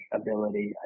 ability